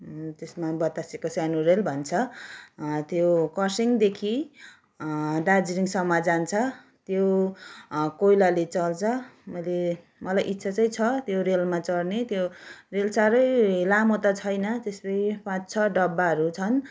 त्यसमा बतासेको सानो रेल भन्छ त्यो कर्सियङदेखि दार्जिलिङसम्म जान्छ त्यो कोइलाले चल्छ मैले मलाई इच्छा चाहिँ छ त्यो रेलमा चढ्ने त्यो रेल साह्रै लामो त छैन त्यस्तै पाँच छ डब्बाहरू छन्